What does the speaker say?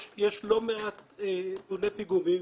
יש לא מעט בוני פיגומים